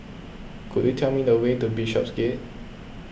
could you tell me the way to Bishopsgate